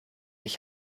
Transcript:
ich